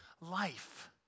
life